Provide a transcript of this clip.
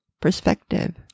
perspective